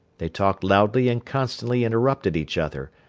they talked loudly and constantly interrupted each other,